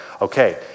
okay